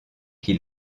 qui